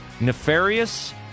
Nefarious